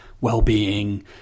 well-being